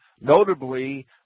notably